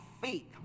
faith